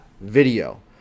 video